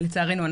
ולצערנו,